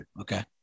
Okay